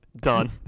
Done